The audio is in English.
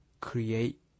create